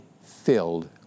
filled